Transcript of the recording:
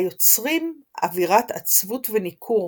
היוצרים אווירת עצבות וניכור